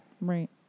Right